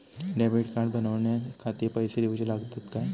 Debit card बनवण्याखाती पैसे दिऊचे लागतात काय?